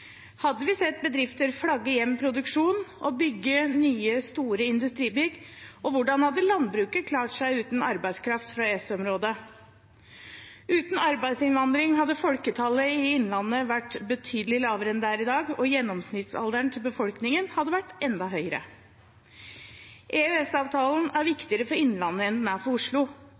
Hadde vi sett bedrifter flagge hjem produksjon og bygge nye store industribygg, og hvordan hadde landbruket klart seg uten arbeidskraft fra EØS-området? Uten arbeidsinnvandring hadde folketallet i Innlandet vært betydelig lavere enn det er i dag, og gjennomsnittsalderen til befolkningen hadde vært enda høyere. EØS-avtalen er viktigere for Innlandet enn den er for Oslo.